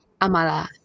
Amala